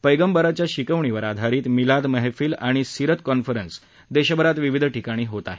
पैगंबरांच्या शिकवणीवर आधारित मिलाद महफील आणि सिरत कॉन्फरन्स देशभरात विविध ठिकाणी होत आहेत